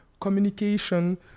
communication